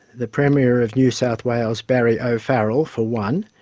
the premier of new south wales, barry o'farrell, for one,